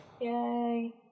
Yay